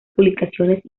publicaciones